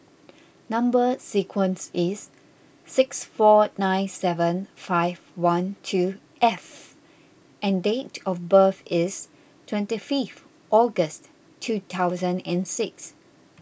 Number Sequence is six four nine seven five one two F and date of birth is twenty fifth August two thousand and six